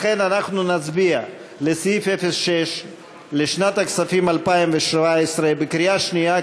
לכן אנחנו נצביע על סעיף 06 לשנת הכספים 2017 בקריאה שנייה,